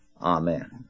Amen